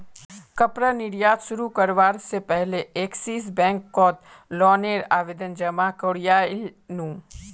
कपड़ा निर्यात शुरू करवा से पहले एक्सिस बैंक कोत लोन नेर आवेदन जमा कोरयांईल नू